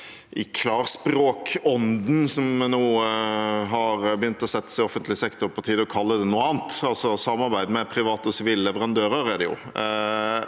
i klarspråkånden som nå har begynt å sette seg i offentlig sektor, kanskje på tide å kalle det noe annet. Det er samarbeid med private og sivile leverandører. Det